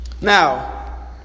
Now